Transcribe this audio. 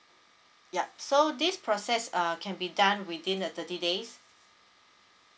yup so this process err can be done within the thirty days